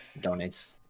donates